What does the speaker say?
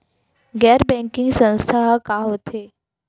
गैर बैंकिंग संस्था ह का होथे?